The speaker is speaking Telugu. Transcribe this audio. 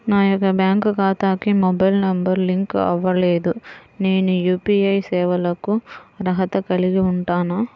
నా యొక్క బ్యాంక్ ఖాతాకి మొబైల్ నంబర్ లింక్ అవ్వలేదు నేను యూ.పీ.ఐ సేవలకు అర్హత కలిగి ఉంటానా?